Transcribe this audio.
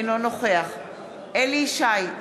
אינו נוכח אליהו ישי,